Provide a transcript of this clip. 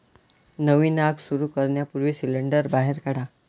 नवीन आग सुरू करण्यापूर्वी सिंडर्स बाहेर काढा